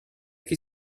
che